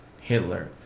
Hitler